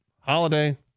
Holiday